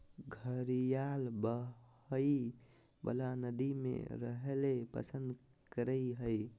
घड़ियाल बहइ वला नदि में रहैल पसंद करय हइ